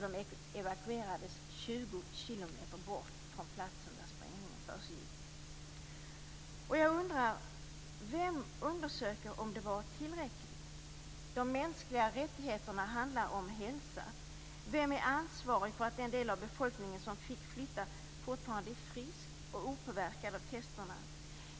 De evakuerades 20 kilometer bort från den plats där sprängningen försiggick. Jag undrar vem som undersöker om det var tillräckligt. De mänskliga rättigheterna handlar om hälsa. Vem är ansvarig för att den del av befolkningen som fick flytta fortfarande är frisk och opåverkad av testerna?